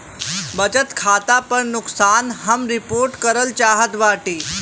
बचत खाता पर नुकसान हम रिपोर्ट करल चाहत बाटी